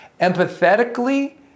empathetically